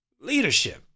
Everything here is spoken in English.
leadership